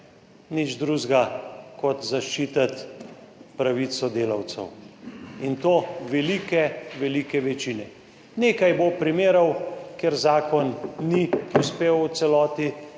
nič drugega kot zaščititi pravico delavcev, in to velike večine. Nekaj bo primerov, kjer zakon ni uspel v celoti,